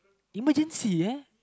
emergency uh